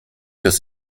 des